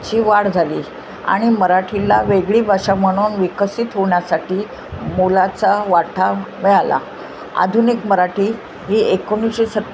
ची वाढ झाली आणि मराठीला वेगळी भाषा म्हणून विकसित होण्यासाठी मोलाचा वाटा मिळाला आधुनिक मराठी ही एकोणीसशे सत्